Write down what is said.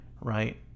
right